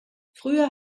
früher